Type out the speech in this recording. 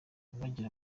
uwagira